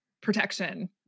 protection